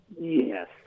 Yes